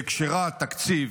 והקשרה, התקציב,